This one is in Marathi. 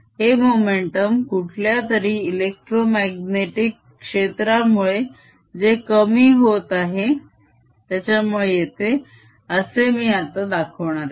हे मोमेंटम कुठल्यातरी इलेक्ट्रोमाग्नेटीक क्षेत्रामुळे जे कमी होत आहे येते असे मी आता दाखवणार आहे